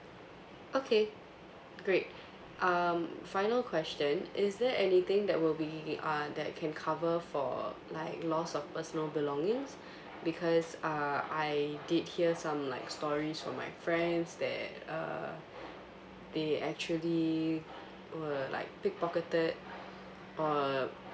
okay great um final question is there anything that will be uh that can cover for like loss of personal belongings because uh I did hear some like stories from my friends that uh they actually were like pickpocketed or